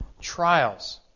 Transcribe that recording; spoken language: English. trials